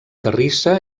terrissa